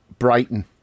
Brighton